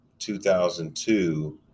2002